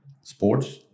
Sports